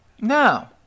No